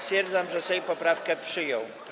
Stwierdzam, że Sejm poprawkę przyjął.